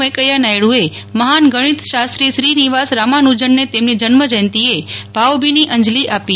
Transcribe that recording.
વેંકૈયા નાયડુએ મહાન ગણિતશાસ્ત્રી શ્રીનિવાસ રામાનુજનને તેમની જન્મ જ્યંતિએ ભાવભીની અંજલી આપી